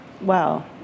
wow